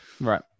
Right